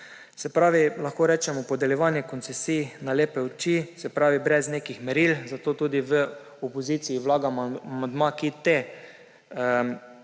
Se pravi, lahko rečemo podeljevanje koncesij na lepe oči, se pravi, brez nekih meril. Zato tudi v opoziciji vlagamo amandmaje, ki ta